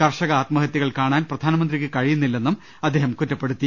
കർഷക ആത്മഹതൃകൾ കാണാൻ പ്രധാനമന്ത്രിക്ക് കഴിയുന്നില്ലെന്നും അദ്ദേഹം കുറ്റപ്പെടുത്തി